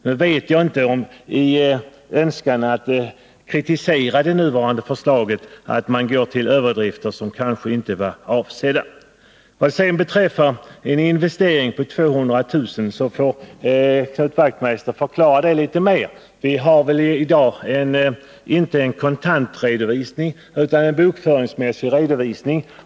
Nu vet jag inte om man i önskan att kritisera det föreliggande förslaget går till överdrifter som kanske inte varit avsedda. Vad sedan beträffar denna investering på 200 000 kr. får Knut Wachtmeister förklara detta litet närmare. Vi har väl i dag inte en kontantredovisning utan en bokföringsmässig redovisning.